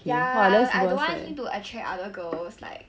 ya I I don't want him to attract other girls like